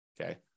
okay